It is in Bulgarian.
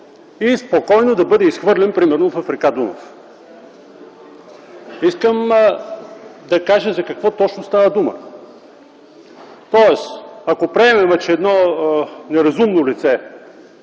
и спокойно да бъде изхвърлен например в р. Дунав. Искам да кажа за какво точно става дума. Ако приемем, че едно неразумно лице